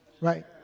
right